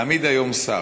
להעמיד היום שר,